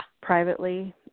Privately